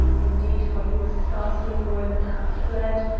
indeed, for he was scarcely more than half-clad,